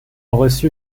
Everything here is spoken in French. reçu